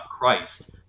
Christ